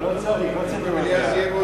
לא צריך דיון במליאה.